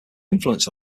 influence